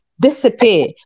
disappear